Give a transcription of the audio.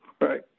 right